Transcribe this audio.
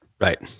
Right